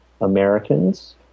Americans